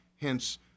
hence